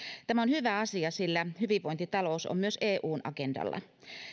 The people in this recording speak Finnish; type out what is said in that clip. tämä on hyvä asia sillä hyvinvointitalous on myös eun agendalla